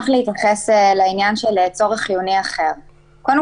השאלה למה אי אפשר להכניס פשוט קרוב משפחה מדרגה ראשונה